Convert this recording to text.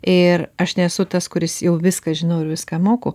ir aš nesu tas kuris jau viską žinau ir viską moku